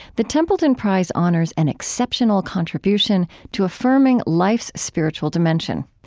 the templeton prize honors an exceptional contribution to affirming life's spiritual dimension.